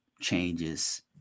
changes